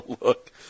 look